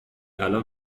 الان